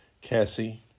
Cassie